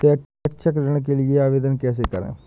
शैक्षिक ऋण के लिए आवेदन कैसे करें?